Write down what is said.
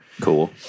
Cool